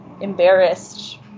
embarrassed